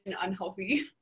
unhealthy